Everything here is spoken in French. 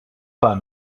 pas